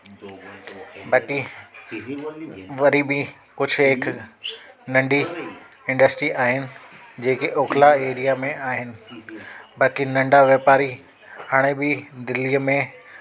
बती वरी बि कुझु हिकु नंढी इंडस्ट्री आहिनि जेके ओखला एरिया में आहिनि बाक़ी नंढा वापारी हाणे बि दिल्लीअ में